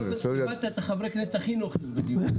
לקחת את חברי הכנסת הכי נוחים לדיונים.